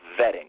vetting